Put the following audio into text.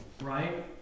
right